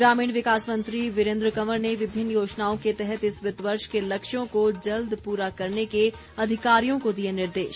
ग्रामीण विकास मंत्री वीरेन्द्र कंवर ने विभिन्न योजनाओं के तहत इस वित्त वर्ष के लक्ष्यों को जल्द पूरा करने अधिकारियों को दिए निर्देश